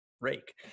rake